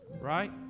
right